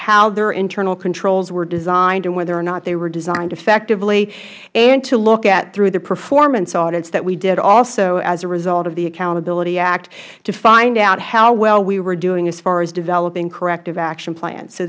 how their internal controls were designed and whether or not they were designed effectively and to look at through the performance audits that we did also as a result of the accountability act to find out how well we were doing as far as developing corrective